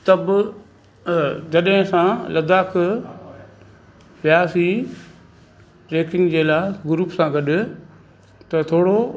तब जॾहिं असां लद्दाख वियासी ट्रैकिंग जे लाइ ग्रुप सां गॾु त थोड़ो